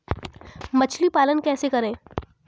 मछली पालन कैसे करें?